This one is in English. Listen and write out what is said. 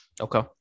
Okay